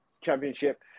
championship